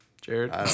Jared